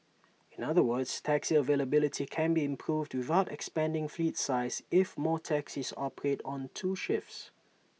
in other words taxi availability can be improved without expanding fleet size if more taxis operate on two shifts